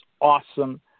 awesome